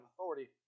authority